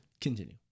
continue